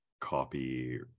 copy